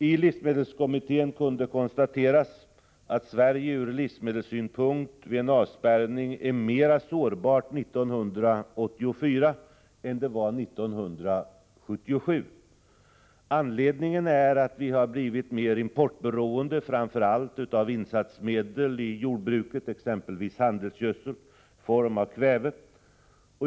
I livsmedelskommittén kunde man konstatera att Sverige ur livsmedelssynpunkt vid en avspärrning är mera sårbart 1984 än det var 1977. Anledningen är att vi blivit mer importberoende framför allt av insatsmedel i jordbruket, exempelvis handelsgödsel i form av kväve.